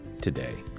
today